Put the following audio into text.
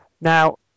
Now